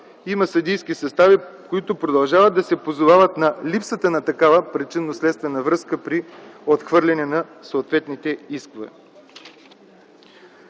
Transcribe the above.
има съдийски състави, които продължават да се позовават на липсата на такава причинно-следствена връзка при отхвърлянето на съответните искове.